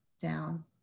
down